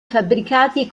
fabbricati